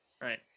right